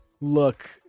look